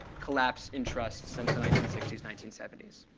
collapse in trust since the nineteen sixty s, nineteen seventy s,